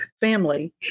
family